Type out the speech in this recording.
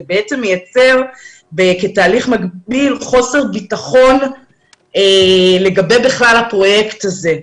בעצם מייצר כתהליך מקביל חוסר ביטחון לגבי הפרויקט הזה.